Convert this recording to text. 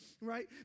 right